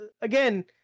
again